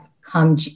come